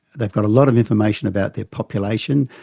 they've got a lot of information about their population,